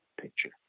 picture